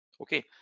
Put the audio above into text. okay